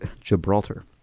Gibraltar